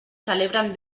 celebren